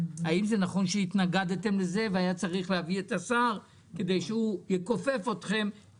האם זה נכון שהתנגדתם לזה והיה צריך להביא את השר כדי שיכופף אתכם?